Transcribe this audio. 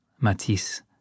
Matisse